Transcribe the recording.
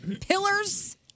pillars